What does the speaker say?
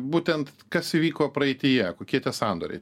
būtent kas įvyko praeityje kokie tie sandoriai